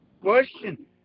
question